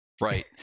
Right